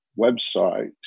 websites